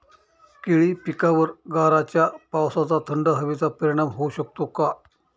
केळी पिकावर गाराच्या पावसाचा, थंड हवेचा परिणाम होऊ शकतो का?